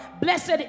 blessed